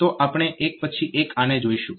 તો આપણે એક પછી એક આને જોઈશું